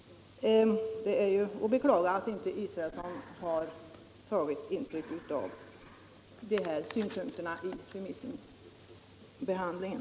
Det här att beklaga att inte herr Israelsson har tagit intryck av dessa synpunkter vid remissbehandlingen.